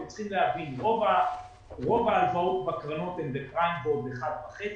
אתם צריכים להבין שרוב ההלוואות בקרנות הן בפריים בורד 1.5,